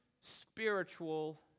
spiritual